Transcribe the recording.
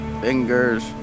Fingers